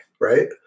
right